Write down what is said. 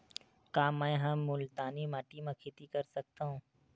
का मै ह मुल्तानी माटी म खेती कर सकथव?